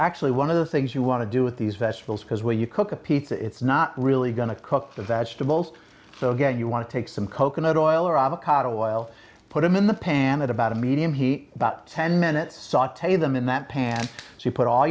actually one of the things you want to do with these vegetables because when you cook a piece it's not really going to cook the vegetables so again you want to take some coconut oil or avocado oil put them in the pan at about a medium heat about ten minutes saute them in that pan to put all